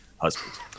husband